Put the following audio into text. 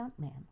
stuntman